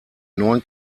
neun